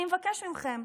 אני מבקש מכם,